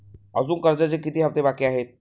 अजुन कर्जाचे किती हप्ते बाकी आहेत?